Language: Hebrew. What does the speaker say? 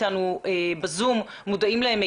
אני